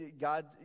God